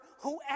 whoever